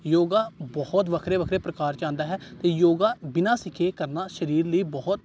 ਯੋਗਾ ਬਹੁਤ ਵੱਖਰੇ ਵੱਖਰੇ ਪ੍ਰਕਾਰ 'ਚ ਆਉਂਦਾ ਹੈ ਅਤੇ ਯੋਗਾ ਬਿਨਾਂ ਸਿਖੇ ਕਰਨਾ ਸਰੀਰ ਲਈ ਬਹੁਤ